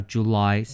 July